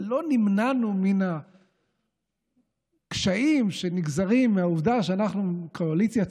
אבל לא נמנענו מן הקשיים שנגזרים מהעובדה שאנחנו קואליציה צרה.